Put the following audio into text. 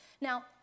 Now